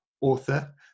author